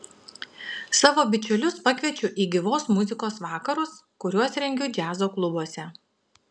savo bičiulius pakviečiu į gyvos muzikos vakarus kuriuos rengiu džiazo klubuose